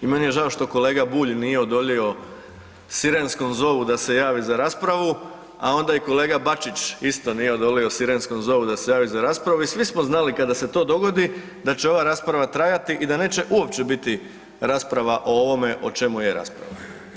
I meni je žao što kolega Bulj nije odolio sirenskom zovu da se javi za raspravu, a onda i kolega Bačić isto nije odolio sirenskom zovu da se javi za raspravu i svi smo znali kada se to godi da će ova rasprava trajati i da neće uopće biti rasprava o ovome o čemu je rasprava.